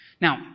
Now